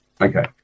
Okay